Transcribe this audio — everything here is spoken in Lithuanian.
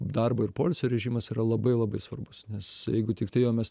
darbo ir poilsio režimas yra labai labai svarbus nes jeigu tiktai jo mes